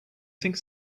think